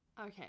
Okay